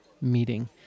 meeting